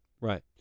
Right